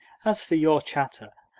as for your chatter,